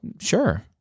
sure